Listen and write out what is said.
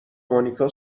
مانیکا